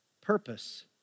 purpose